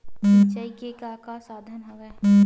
सिंचाई के का का साधन हवय?